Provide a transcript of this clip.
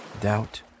doubt